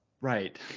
Right